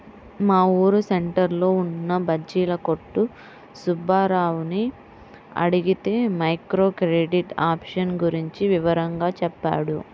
మా ఊరు సెంటర్లో ఉన్న బజ్జీల కొట్టు సుబ్బారావుని అడిగితే మైక్రో క్రెడిట్ ఆప్షన్ గురించి వివరంగా చెప్పాడు